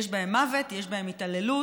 יש בהם מוות, יש בהם התעללות,